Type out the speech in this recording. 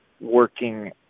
working